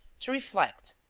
to reflect,